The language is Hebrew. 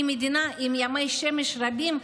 היא מדינה עם ימי שמש רבים,